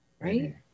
Right